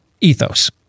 ethos